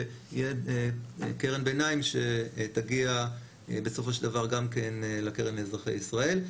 שיהיה קרן ביניים שתגיע בסופו של דבר גם כן לקרן לאזרחי ישראל.